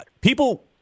People